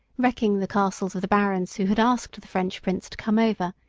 wrecking the castles of the barons who had asked the french prince to come over,